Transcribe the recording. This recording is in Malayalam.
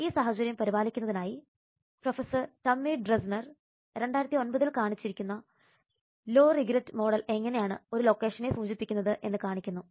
ഈ സാഹചര്യം പരിപാലിക്കുന്നതിനായി പ്രൊഫസർ ടമ്മി ഡ്രെസ്നർ 2009 ൽ കാണിച്ചിരിക്കുന്ന ലോ റിഗ്രെറ് മോഡൽ എങ്ങനെയാണ് ഒരു ലൊക്കേഷനെ സൂചിപ്പിക്കുന്നതെന്ന് കാണിക്കുന്നു